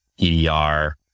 EDR